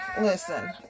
Listen